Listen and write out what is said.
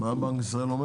מה בנק ישראל?